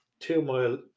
two-mile